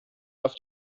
auf